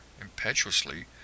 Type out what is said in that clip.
impetuously